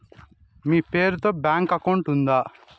మీ పేరు తో bank account ఉందా?